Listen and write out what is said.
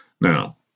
Now